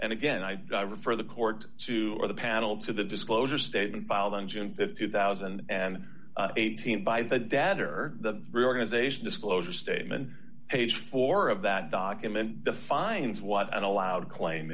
and again i refer the court to the panel to the disclosure statement filed on june th two thousand and eighteen by the dad or the reorganization disclosure statement page four of that document defines what an allowed claim